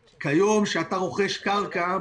כיום, כשאתה רוכש קרקע,